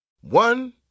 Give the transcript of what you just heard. One